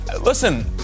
listen